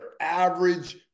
average